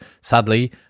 Sadly